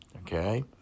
Okay